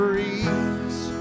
Breeze